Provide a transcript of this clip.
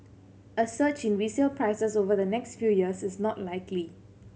a surge in resale prices over the next few years is not likely